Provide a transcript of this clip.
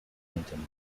clinton